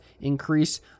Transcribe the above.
increase